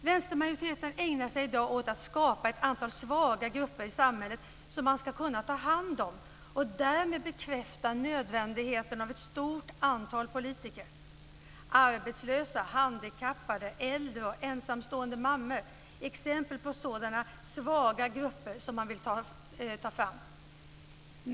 Vänstermajoriteten ägnar sig i dag åt att skapa ett antal svaga grupper i samhället som man ska kunna ta hand om och därmed bekräfta nödvändigheten av ett stort antal politiker. Arbetslösa, handikappade, äldre och ensamstående mammor är exempel på sådana svaga grupper som man vill ta fram.